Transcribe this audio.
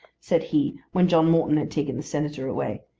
said he when john morton had taken the senator away,